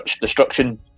Destruction